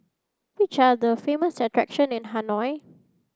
which are the famous attractions in Hanoi